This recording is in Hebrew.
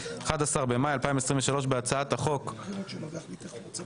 11 במאי 2023 בהצעת החוק שבנדון,